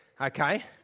Okay